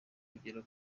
kugera